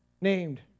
named